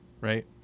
right